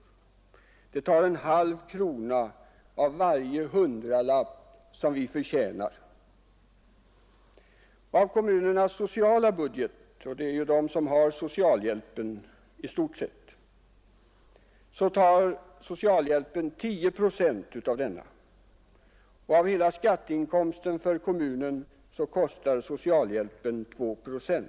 Socialhjälpen får en halv krona av varje hundralapp som vi förtjänar. I kommunernas socialbudget — och det är ju kommunerna som i stort sett står för socialhjälpen — tar denna hjälp 10 procent. Av hela skatteinkomsten för kommunen kostar socialhjälpen 2 procent.